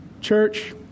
Church